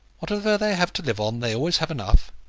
whatever they have to live on, they always have enough.